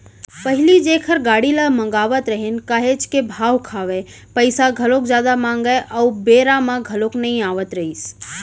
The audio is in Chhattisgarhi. पहिली जेखर गाड़ी ल मगावत रहेन काहेच के भाव खावय, पइसा घलोक जादा मांगय अउ बेरा म घलोक नइ आवत रहिस